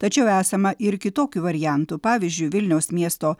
tačiau esama ir kitokių variantų pavyzdžiui vilniaus miesto